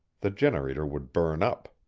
the generator would burn up.